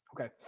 okay